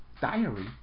diary